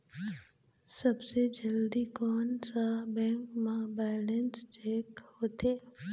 सबसे जल्दी कोन सा बैंक म बैलेंस चेक होथे?